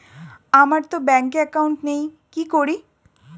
আমারতো ব্যাংকে একাউন্ট নেই কি করি?